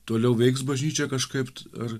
toliau veiks bažnyčią kažkaip ar